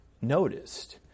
noticed